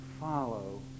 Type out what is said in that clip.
follow